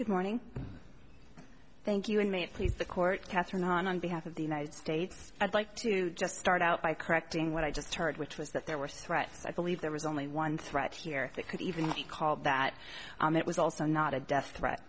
good morning thank you and may it please the court catherine on behalf of the united states i'd like to just start out by correcting what i just heard which was that there were threats i believe there was only one threat here that could even be called that it was also not a death threat